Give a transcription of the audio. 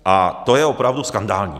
A to je opravdu skandální.